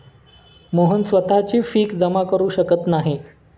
मोहन स्वतःची फी जमा करु शकत नाही